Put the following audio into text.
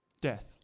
Death